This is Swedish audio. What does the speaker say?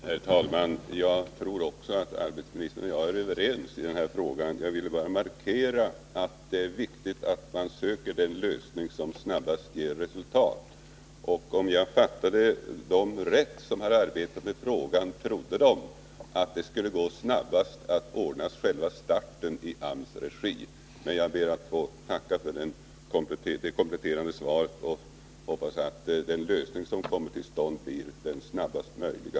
Herr talman! Jag tror också att arbetsmarknadsministern och jag är överens i den här frågan. Jag ville bara markera att det är viktigt att man söker den lösning som snabbast ger resultat. Om jag fattade dem rätt som har arbetat med frågan trodde de att det skulle gå snabbast att ordna själva starten i AMS regi. Men jag ber att få tacka för det kompletterande svaret och hoppas att den lösning som kommer till stånd blir den snabbaste möjliga.